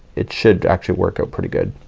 it should actually work out pretty good.